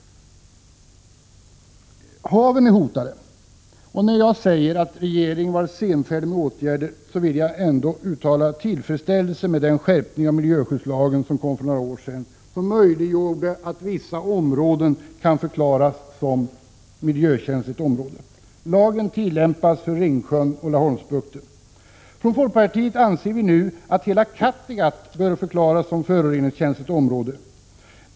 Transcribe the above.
Haven är hotade. När jag säger att regeringen varit senfärdig med åtgärder vill jag ändå uttala tillfredsställelse med den skärpning av miljöskyddslagen som kom för några år sedan och som möjliggjorde att vissa områden kunde förklaras som miljökänsliga områden. Lagen tillämpas för Ringsjön och Laholmsbukten. Från folkpartiet anser vi att hela Kattegatt nu bör förklaras som föroreningskänsligt område.